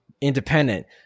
independent